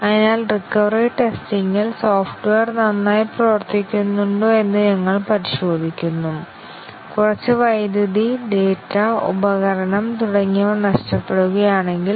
അതിനാൽ റിക്കവറി ടെസ്റ്റിങ്ൽ സോഫ്റ്റ്വെയർ നന്നായി പ്രവർത്തിക്കുന്നുണ്ടോയെന്ന് ഞങ്ങൾ പരിശോധിക്കുന്നു കുറച്ച് വൈദ്യുതി ഡാറ്റ ഉപകരണം തുടങ്ങിയവ നഷ്ടപ്പെടുകയാണെങ്കിൽ